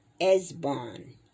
Esbon